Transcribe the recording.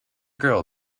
girl